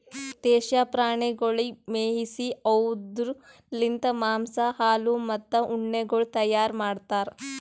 ದೇಶೀಯ ಪ್ರಾಣಿಗೊಳಿಗ್ ಮೇಯಿಸಿ ಅವ್ದುರ್ ಲಿಂತ್ ಮಾಂಸ, ಹಾಲು, ಮತ್ತ ಉಣ್ಣೆಗೊಳ್ ತೈಯಾರ್ ಮಾಡ್ತಾರ್